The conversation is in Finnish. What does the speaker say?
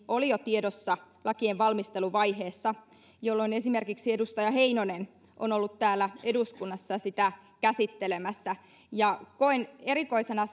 oli tiedossa jo lakien valmisteluvaiheessa jolloin esimerkiksi edustaja heinonen on ollut täällä eduskunnassa sitä käsittelemässä koen erikoisena